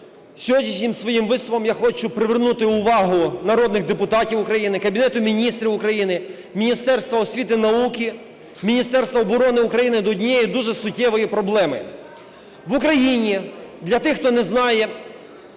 Сьогоднішнім своїм виступом я хочу привернути увагу народних депутатів України, Кабінету Міністрів України, Міністерства освіти і науки, Міністерства оборони України до однієї дуже суттєвої проблеми. В Україні (для тих, хто не знає)